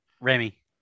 Remy